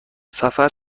سفر